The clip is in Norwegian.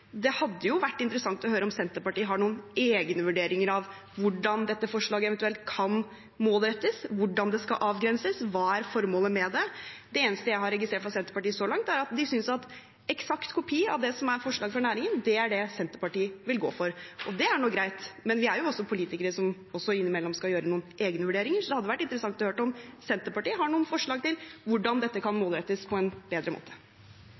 Det hadde jo vært interessant å høre om Senterpartiet har noen egne vurderinger av hvordan dette forslaget eventuelt kan målrettes, hvordan det skal avgrenses, og hva som er formålet med det. Det eneste jeg har registrert fra Senterpartiet så langt, er at en eksakt kopi av det som er forslaget fra næringen, er det Senterpartiet vil gå for. Det er greit, men vi er jo også politikere som innimellom skal gjøre noen egne vurderinger, så det hadde vært interessant å høre om Senterpartiet har noen forslag til hvordan dette kan målrettes på en bedre måte.